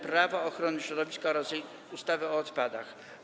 Prawo ochrony środowiska oraz ustawy o odpadach.